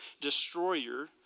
destroyer